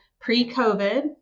pre-COVID